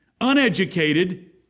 uneducated